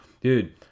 Dude